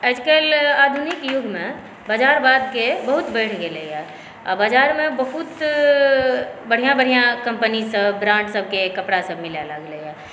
आइकाल्हि आधुनिक युगमे बाजार बातके बहुत बढ़ि गेलैए आ बाजारमे बहुत बढ़िऑं बढ़िऑं कम्पनी सभ ब्राण्ड सभकेँ कपड़ा सभ मिलै लागलैए